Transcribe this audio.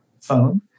phone